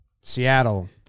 Seattle